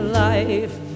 life